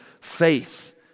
Faith